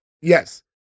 Yes